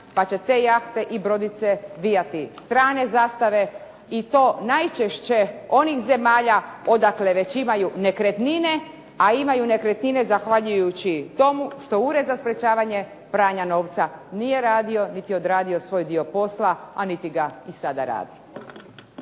pa će te jahte i brodice vijati strane zastave i to najčešće onih zemalja odakle već imaju nekretnine, a imaju nekretnine zahvaljujući tomu što Ured za sprečavanje pranja novca nije radio niti odradio svoj dio posla, a niti ga i sada radi.